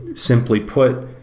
simply put,